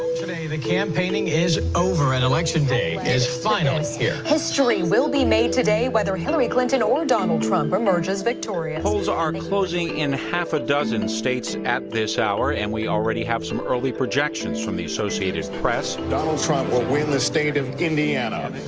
the campaigning is over, and election day is finally here history will be made today whether hillary clinton or donald trump emerges victorious polls are closing in half a dozen states at this hour, and we already have some early projections from the associated press donald trump will win the state of indiana.